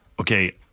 Okay